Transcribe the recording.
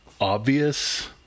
obvious